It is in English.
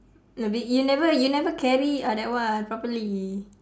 no but you never you never carry uh that one properly